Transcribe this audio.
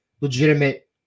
legitimate